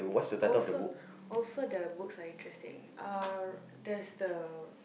also also the books are interesting uh there's the